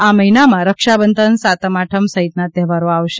આ મહિનામાં રક્ષાબંધન સાતમ આઠમ સહિતના તહેવારો આવશે